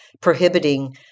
prohibiting